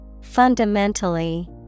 Fundamentally